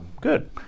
Good